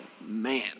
man